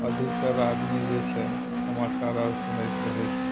अधिकतर आदमी जे छै समाचार आर सुनैत रहै छै